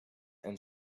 and